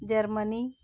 Germany